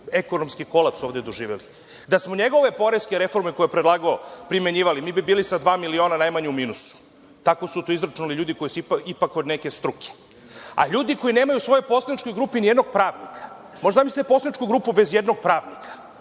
ekonomski kolaps ovde doživeli. Da smo njegove poreske reforme koje je predlagao, primenjivali, mi bi bili sa dva miliona najmanje u minusu. Tako su to izračunali ljudi koji su ipak od neke struke.A ljudi koji nemaju u svojoj poslaničkoj grupi nijednog pravnika. Možete da zamislite poslaničku grupu bez ijednog pravnika.